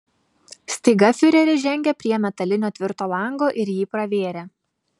staiga fiureris žengė prie metalinio tvirto lango ir jį pravėrė